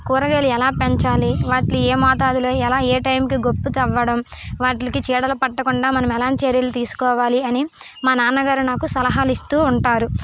కూరగాయలు ఎలా పెంచాలి వాటిని ఏ మోతాదులో ఎలా ఏ టైంకి గోప్పితవ్వడం వాటికి చీడలు పట్టకుండా మనం ఎలాంటి చర్యలు తీసుకోవాలి అని మా నాన్నగారు నాకు సలహాలు ఇస్తూ ఉంటారు